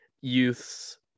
youths